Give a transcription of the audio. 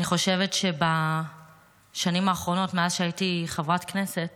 אני חושבת שבשנים האחרונות, מאז שהייתי חברת כנסת